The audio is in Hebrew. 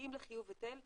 מגיעים לחיוב היטל,